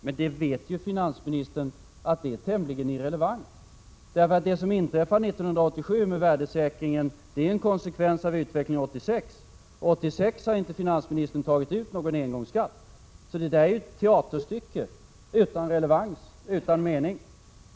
Men finansministern vet ju att det är tämligen irrelevant därför att det som 1987 inträffar med värdesäkringen är en konsekvens av utvecklingen 1986, och år 1986 har finansministern inte tagit ut någon engångsskatt, så det där är ju ett teaterstycke utan relevans, utan mening.